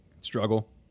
struggle